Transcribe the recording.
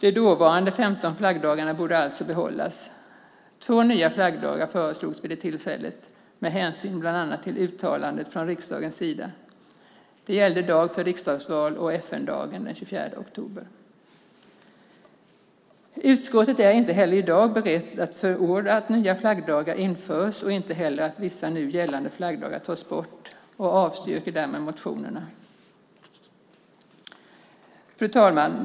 De dåvarande 15 flaggdagarna borde alltså behållas. Två nya flaggdagar föreslogs vid det tillfället med hänsyn till bland annat uttalanden från riksdagens sida. Det gällde dag för riksdagsval och FN-dagen den 24 oktober. Utskottet är inte heller i dag berett att förorda att nya flaggdagar införs och inte heller att vissa nu gällande flaggdagar tas bort och avstyrker därmed motionerna. Fru talman!